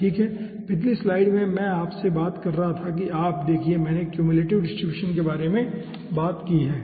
ठीक है पिछली स्लाइड में मैं आपसे क्या बात कर रहा था आप देखिए मैंने क्युमुलेटिव डिस्ट्रीब्यूशन के बारे में बात की है